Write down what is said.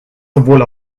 sowohl